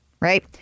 right